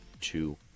two